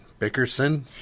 Bickerson